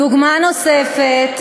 דוגמה נוספת,